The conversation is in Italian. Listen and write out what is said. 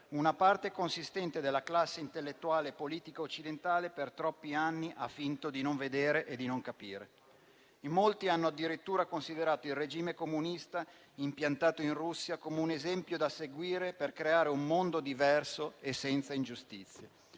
una parte consistente della classe intellettuale e politica occidentale per troppi anni ha finto di non vedere e di non capire. In molti hanno addirittura considerato il regime comunista impiantato in Russia come un esempio da seguire per creare un mondo diverso e senza ingiustizie.